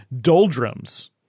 doldrums